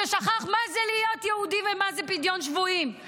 ששכח מה זה להיות יהודי ומה זה פדיון שבויים.